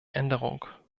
änderung